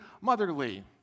motherly